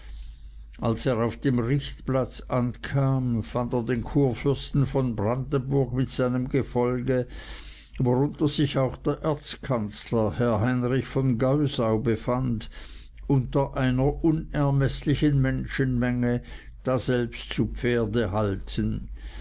als er auf dem richtplatz ankam fand er den kurfürsten von brandenburg mit seinem gefolge worunter sich auch der erzkanzler herr heinrich von geusau befand unter einer unermeßlichen menschenmenge daselbst zu pferde halten